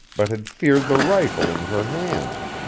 but had feared the rifle in her hands.